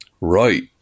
right